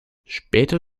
später